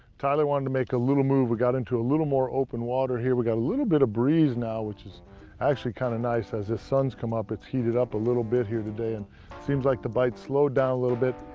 tyler wanted to make a little move. we got into a little more open water here. we've got a little bit of breeze now which is actually kind of nice. as the sun has come up, it's heated up a little bit here today. and seemed like the bite slowed down a little bit.